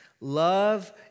love